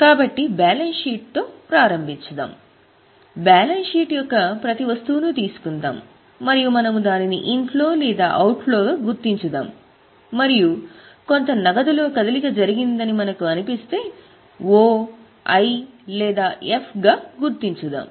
కాబట్టి బ్యాలెన్స్ షీట్తో ప్రారంభిద్దాం బ్యాలెన్స్ షీట్ యొక్క ప్రతి వస్తువును తీసుకుందాం మరియు మనము దానిని ఇన్ఫ్లో లేదా అవుట్ ఫ్లో గా గుర్తించాము మరియు కొంత నగదు లో కదలిక జరిగిందని మనకు అనిపిస్తే O I లేదా F గా కూడా గుర్తించాము